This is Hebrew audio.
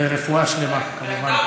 רפואה שלמה, כמובן,